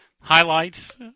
Highlights